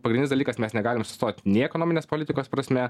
pagrindinis dalykas mes negalim sustot nei ekonominės politikos prasme